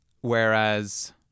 Whereas